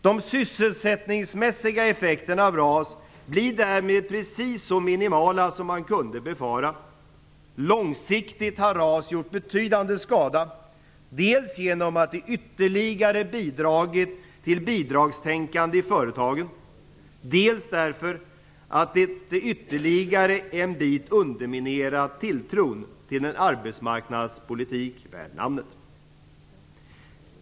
De sysselsättningsmässiga effekterna av RAS blir därmed precis så minimala som man kunde befara. Långsiktigt har RAS gjort betydande skada dels genom att det ytterligare har bidragit till bidragstänkande i företagen, dels därför att det ytterligare en bit underminerar tilltron till en arbetsmarknadspolitik värd namnet.